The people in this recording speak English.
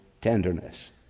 tenderness